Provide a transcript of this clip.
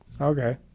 Okay